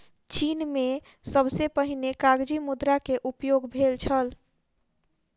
चीन में सबसे पहिने कागज़ी मुद्रा के उपयोग भेल छल